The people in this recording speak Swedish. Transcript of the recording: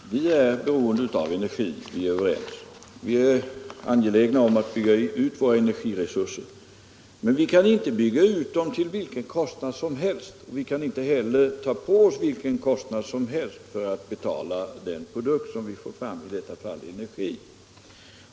Fru talman! Vi är beroende av energi, det är vi överens om. Vi är angelägna om att bygga ut våra energiresurser, men vi kan inte bygga ut dem till vilken kostnad som helst och vi kan inte heller ta på oss vilken kostnad som helst för att betala produkten, i detta fall energi.